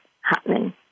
happening